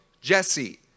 Jesse